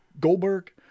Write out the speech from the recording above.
goldberg